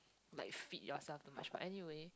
like feed yourself too much but anyway